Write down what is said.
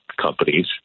companies